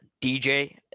DJ